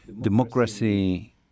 Democracy